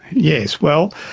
yes. well,